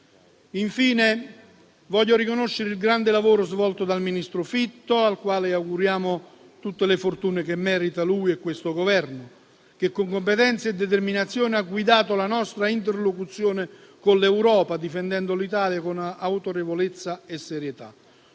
Infine, voglio riconoscere il grande lavoro svolto dal ministro Fitto, al quale auguriamo tutte le fortune che lui e questo Governo meritano; con competenza e determinazione egli ha guidato la nostra interlocuzione con l'Europa, difendendo l'Italia con autorevolezza e serietà.